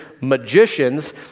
magicians